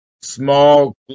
small